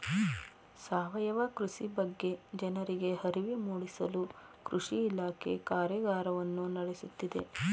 ಸಾವಯವ ಕೃಷಿ ಬಗ್ಗೆ ಜನರಿಗೆ ಅರಿವು ಮೂಡಿಸಲು ಕೃಷಿ ಇಲಾಖೆ ಕಾರ್ಯಗಾರವನ್ನು ನಡೆಸುತ್ತಿದೆ